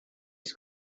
its